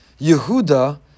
Yehuda